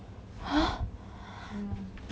!huh!